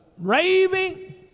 raving